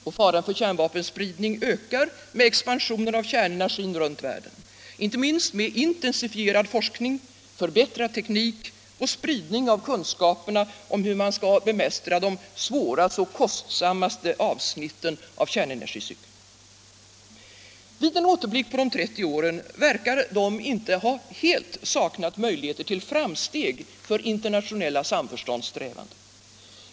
Och faran för kärnvapenspridning ökar med expansionen av kärnenergin runt världen, inte minst med intensifierad forskning, förbättrad teknik och spridning av kunskaperna om hur man skall bemästra de svåraste och kostsammaste avsnitten av kärnenergicykeln. Vid en återblick på de 30 åren verkar de inte ha helt saknat möjligheter till framsteg för internationella samförståndssträvanden.